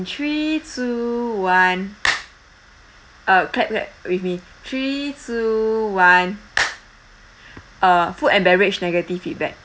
three two one uh clap clap with me three two one uh food and beverage negative feedback